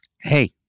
Hey